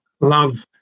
love